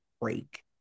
break